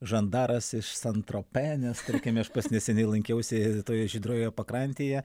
žandaras iš san tropė nes tarkime aš pats neseniai lankiausi toje žydrojoje pakrantėje